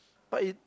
but it